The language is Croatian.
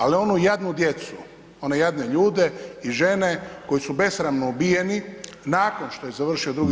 Ali onu jadnu djecu, one jadne ljude i žene koji su besramno ubijeni nakon što je završio II.